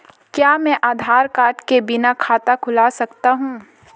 क्या मैं आधार कार्ड के बिना खाता खुला सकता हूं?